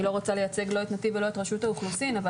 אני לא רוצה לייצג את נתיב ולא את רשות האוכלוסין אבל